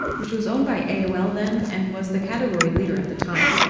which was owned by aol then and was the category leader at the time.